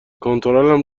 کنترلم